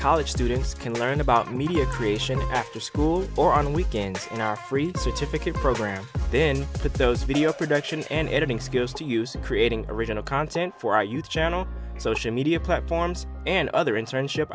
college students can learn about media creation after school or on weekends in our free certificate program then put those video productions and editing skills to use to creating original content for our youth channel social media platforms and other internship